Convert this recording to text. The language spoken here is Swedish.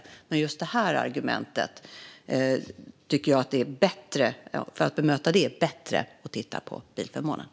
Men för att bemöta just det här argumentet tycker jag att det är bättre att titta på bilförmånen.